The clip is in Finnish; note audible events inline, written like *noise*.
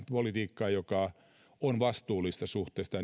politiikkaa joka on vastuullista suhteessa *unintelligible*